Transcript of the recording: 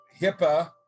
HIPAA